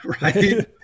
right